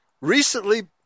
recently